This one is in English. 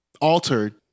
altered